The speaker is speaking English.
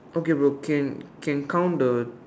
okay bro can can count the